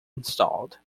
installed